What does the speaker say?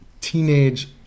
teenage